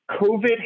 COVID